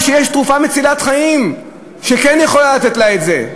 ויש תרופה מצילת חיים שכן יכולה לתת לה את זה.